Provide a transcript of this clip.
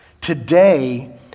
Today